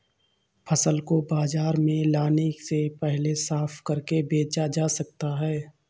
फसल को बाजार में लाने से पहले साफ करके बेचा जा सकता है?